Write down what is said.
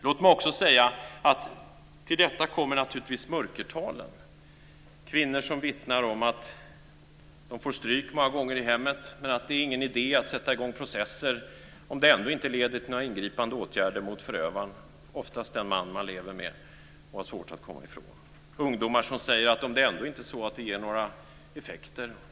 Låt mig också säga att till detta kommer naturligtvis mörkertalen. Det finns kvinnor som vittnar om att de många gånger får stryk i hemmet, men det är ingen idé att sätta i gång processer om det ändå inte leder till några ingripande åtgärder mot förvaren - ofta den de lever med och har svårt att komma ifrån. Det finns ungdomar som säger att det ändå inte ger några effekter.